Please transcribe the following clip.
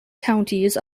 counties